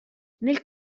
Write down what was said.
nel